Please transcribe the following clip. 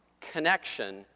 connection